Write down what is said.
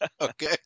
Okay